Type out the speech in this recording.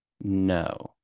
No